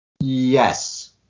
Yes